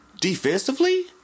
Defensively